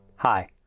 hi